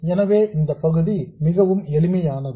எனவே இந்த பகுதி மிகவும் எளிதானது